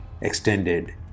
extended